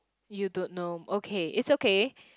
you don't know okay it's okay